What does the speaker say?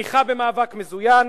תמיכה במאבק מזוין